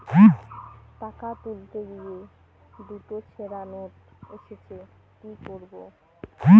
টাকা তুলতে গিয়ে দুটো ছেড়া নোট এসেছে কি করবো?